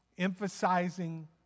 emphasizing